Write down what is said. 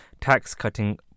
tax-cutting